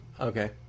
Okay